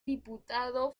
diputado